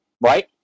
right